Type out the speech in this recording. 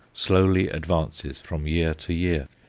slowly advances from year to year.